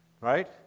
right